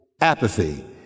Apathy